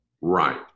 Right